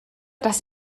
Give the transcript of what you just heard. das